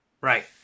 right